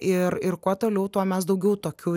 ir ir kuo toliau tuo mes daugiau tokių